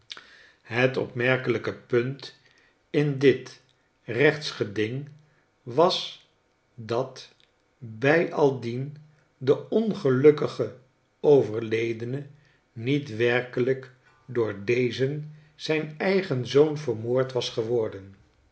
het opmerkelijke punt in dit rechtsgeding was dat byaldien de ongelukkige overledene niet werkelijk door dezen zijn eigen zoon vermoord was geworden